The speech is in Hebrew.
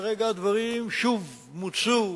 שכרגע הדברים שוב מוצו,